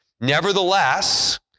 Nevertheless